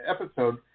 episode